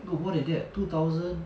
no more than that two thousand